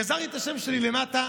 גזרתי את השם שלי למטה,